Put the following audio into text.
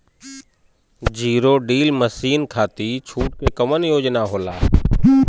Zero till machine खाती छूट के कवन योजना होला?